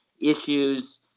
issues